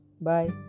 Bye